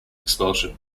expulsion